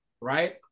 Right